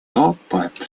опыт